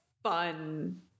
Fun